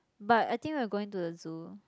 but I think we are going to the zoo